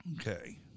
Okay